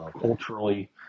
culturally